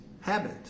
habit